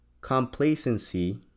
complacency